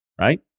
right